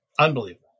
Unbelievable